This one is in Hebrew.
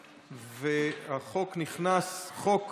והחוק נכנס, חוק